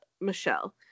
Michelle